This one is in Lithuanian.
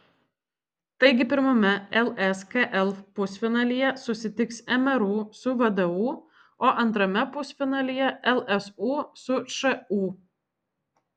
taigi pirmame lskl pusfinalyje susitiks mru su vdu o antrame pusfinalyje lsu su šu